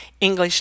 English